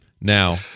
Now